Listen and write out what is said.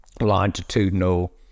longitudinal